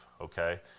okay